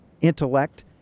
intellect